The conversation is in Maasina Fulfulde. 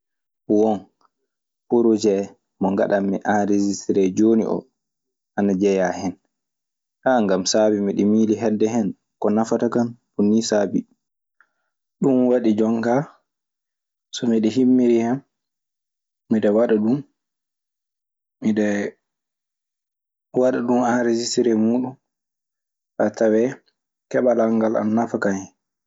Won poroje mo ngaɗammi anresistere jooni. Oo ana jeyaa hen ngam saabi miɗe miili heɓde hen. Ko nafata kan ko nii saabii. Ɗun waɗi jonkaa so miɗe himmiri hen, mi waɗa ɗun. Miɗe waɗa ɗun anresisteree muuɗun, faa tawee keɓal an ngal ana nafa kan hen.